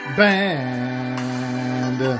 band